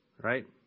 right